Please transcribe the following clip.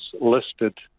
listed